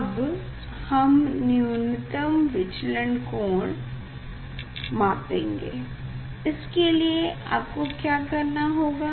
अब हम न्यूनतम विचलन कोण मापेंगे इसके लिए आपको क्या करना होगा